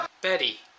Betty